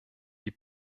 die